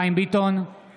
אינו נוכח